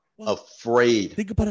afraid